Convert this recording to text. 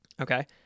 Okay